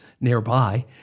nearby